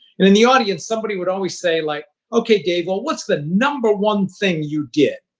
and in the audience, somebody would always say, like, okay, dave. well, what's the number one thing you get?